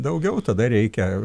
daugiau tada reikia